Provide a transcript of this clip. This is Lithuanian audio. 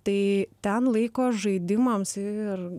tai ten laiko žaidimams ir